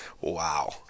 wow